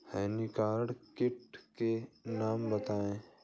हानिकारक कीटों के नाम बताएँ?